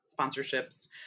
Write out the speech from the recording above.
sponsorships